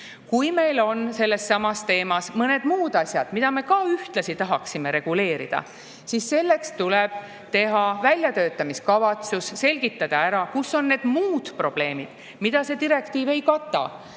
Kui meil on sellessamas teemas mõned muud asjad, mida me ühtlasi tahaksime reguleerida, siis tuleb teha väljatöötamiskavatsus ja selgitada ära, mis on muud probleemid, mida see direktiiv ei kata,